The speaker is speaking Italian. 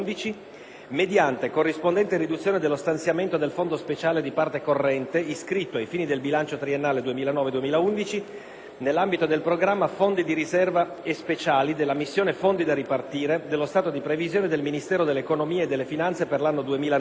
mediante corrispondente riduzione dello stanziamento del fondo speciale di parte corrente iscritto, ai fini del bilancio triennale 2009-2011, nell'ambito del programma "Fondi di riserva e speciali" della missione "Fondi da ripartire" dello stato di previsione del Ministero dell'economia e delle finanze per l'anno 2009,